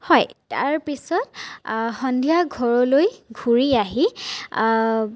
হয় তাৰপিছত সন্ধিয়া ঘৰলৈ ঘূৰি আহি